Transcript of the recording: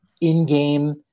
in-game